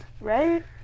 Right